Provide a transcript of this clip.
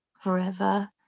forever